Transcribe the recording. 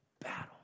battle